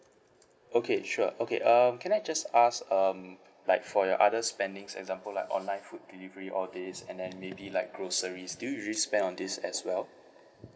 okay sure okay uh can I just ask um like for your other spendings example like online food delivery all this and then maybe like groceries do you usually spend on this as well